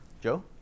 Joe